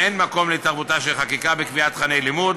אין מקום להתערבותה של חקיקה בקביעת תוכני לימוד.